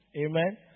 Amen